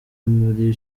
muri